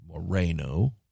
Moreno